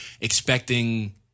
expecting